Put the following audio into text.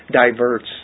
diverts